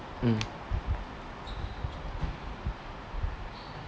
mm